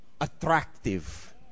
attractive